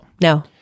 No